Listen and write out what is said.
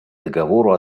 договору